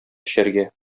эчәргә